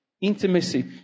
intimacy